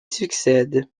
succèdent